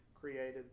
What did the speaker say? created